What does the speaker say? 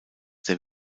der